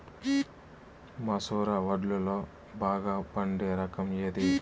మసూర వడ్లులో బాగా పండే రకం ఏది?